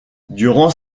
durant